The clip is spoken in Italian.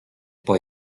poi